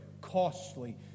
costly